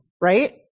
right